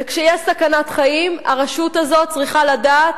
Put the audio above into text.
וכשיש סכנת חיים הרשות הזאת צריכה לדעת